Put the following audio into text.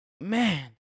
Man